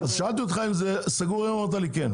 שאלתי אותך אם זה סגור, ואמרת לי כן.